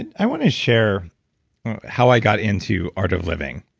i want to share how i got into art of living.